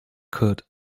could